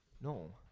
no